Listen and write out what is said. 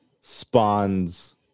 spawns